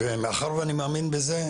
מאחר ואני מאמין בזה,